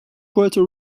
puerto